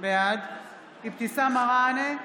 בעד אבתיסאם מראענה,